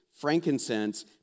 frankincense